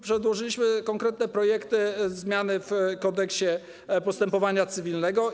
Przedłożyliśmy konkretne projekty zmiany w Kodeksie postępowania cywilnego.